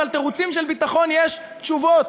על תירוצים של ביטחון יש תשובות: